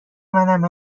منم